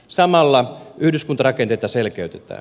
samalla yhdyskuntarakenteita selkeytetään